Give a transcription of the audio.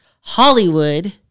Hollywood